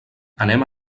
anem